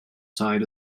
side